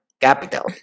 capital